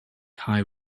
high